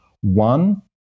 One